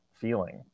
feeling